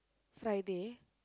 Friday